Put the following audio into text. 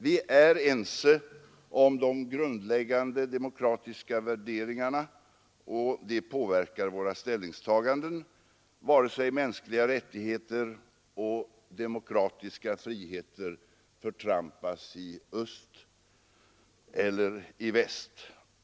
Vi är ense om de grundläggande demokratiska värderingarna, och det påverkar våra ställningstaganden när mänskliga rättigheter och demokratiska friheter förtrampas i öst eller väst.